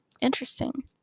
Interesting